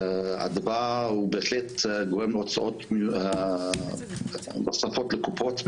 הדבר הוא בהחלט גורם להוצאות נוספות לקופות,